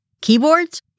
keyboards